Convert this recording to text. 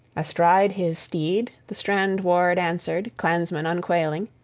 astride his steed, the strand-ward answered, clansman unquailing